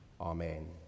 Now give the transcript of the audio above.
Amen